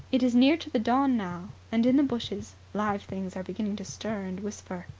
it is near to the dawn now and in the bushes live things are beginning to stir and whisper.